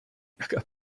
jaka